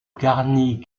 garni